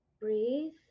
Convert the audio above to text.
Breathe